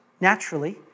naturally